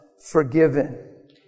Forgiven